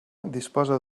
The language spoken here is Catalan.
disposa